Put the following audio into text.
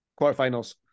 quarterfinals